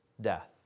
death